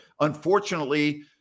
Unfortunately